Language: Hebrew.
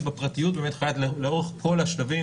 בפרטיות באמת יכולה להיות לאורך כל השלבים,